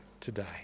today